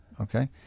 Okay